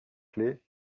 clefs